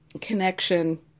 connection